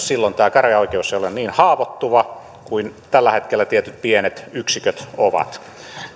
silloin myös tämä käräjäoikeus ei ole niin haavoittuva kuin tällä hetkellä tietyt pienet yksiköt ovat